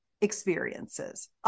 experiences